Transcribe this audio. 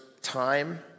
time